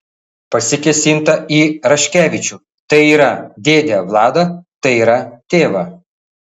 pasikėsinta į raškevičių tai yra dėdę vladą tai yra tėvą